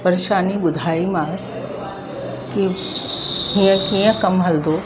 परेशानी ॿुधाईमांसि कि हीअं कीअं कमु हलंदो